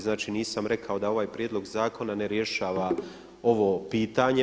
Znači nisam rekao da ovaj prijedlog zakona ne rješava ovo pitanje.